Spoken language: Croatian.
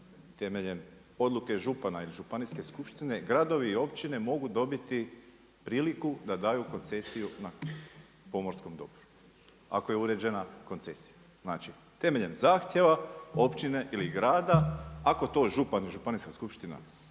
temeljem odluke župana ili Županijske skupštine gradovi i općine mogu dobiti priliku da daju koncesiju na pomorskom dobru ako je uređena koncesija. Znači, temeljem zahtjeva općine ili grada ako to župan i Županijska skupština